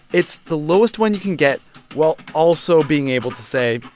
it's the lowest one you can get while also being able to say,